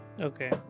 okay